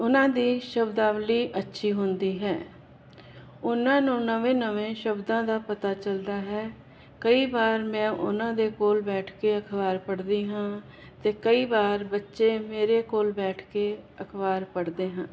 ਉਨਾਂ ਦੀ ਸ਼ਬਦਾਵਲੀ ਅੱਛੀ ਹੁੰਦੀ ਹੈ ਉਹਨਾਂ ਨੂੰ ਨਵੇਂ ਨਵੇਂ ਸ਼ਬਦਾਂ ਦਾ ਪਤਾ ਚੱਲਦਾ ਹੈ ਕਈ ਵਾਰ ਮੈਂ ਉਹਨਾਂ ਦੇ ਕੋਲ ਬੈਠ ਕੇ ਅਖਬਾਰ ਪੜਦੀ ਹਾਂ ਤੇ ਕਈ ਵਾਰ ਬੱਚੇ ਮੇਰੇ ਕੋਲ ਬੈਠ ਕੇ ਅਖਬਾਰ ਪੜਦੇ ਹਾਂ